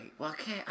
Okay